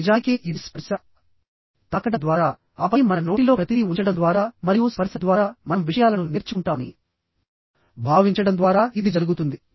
నిజానికి ఇది స్పర్శ తాకడం ద్వారా ఆపై మన నోటిలో ప్రతిదీ ఉంచడం ద్వారా మరియు స్పర్శ ద్వారా మనం విషయాలను నేర్చుకుంటామని భావించడం ద్వారా ఇది జరుగుతుంది